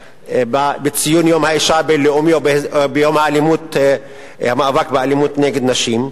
בציון יום האשה הבין-לאומי או ביום המאבק באלימות נגד נשים,